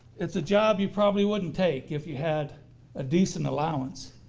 it's a job you probably wouldn't take if you had a decent allowance